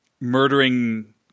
murdering